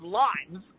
lives